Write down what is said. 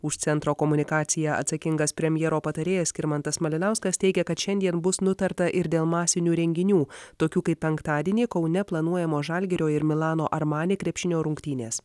už centro komunikaciją atsakingas premjero patarėjas skirmantas malinauskas teigia kad šiandien bus nutarta ir dėl masinių renginių tokių kaip penktadienį kaune planuojamo žalgirio ir milano armani krepšinio rungtynės